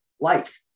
Life